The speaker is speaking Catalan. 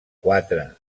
quatre